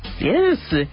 Yes